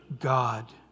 God